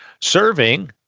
Serving